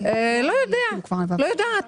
לא יודעת.